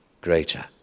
greater